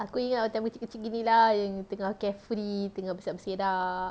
aku ingat time kecil-kecil gini lah yang tengah carefully berselerak-berselerak